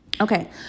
Okay